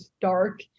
dark